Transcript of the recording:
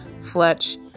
Fletch